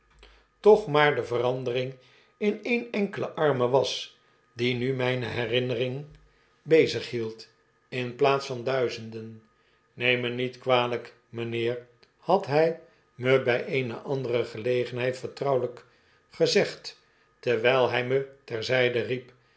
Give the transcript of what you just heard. maar de verandefy f ring in één enkelen arme was die nu mijne herinnering bezighield in plaats van duizenden neem me niet kwalijk m'nheer had hij me bij eene andere gelegenheid vertrouwelijk gezegd terwijl hij me ter zijde riep